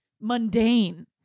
mundane